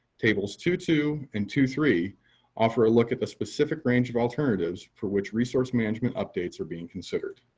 tables two two and two three offer a look at the specific range of alternatives for which resource management updates are being considered.